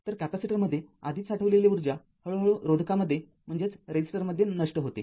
तर कॅपेसिटरमध्ये आधीच साठवलेली ऊर्जा हळूहळू रोधकामध्ये नष्ट होते